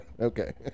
Okay